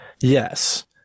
Yes